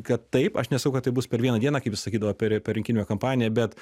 kad taip aš nesakau kad tai bus per vieną dieną kaip jis sakydavo per per rinkiminę kampaniją bet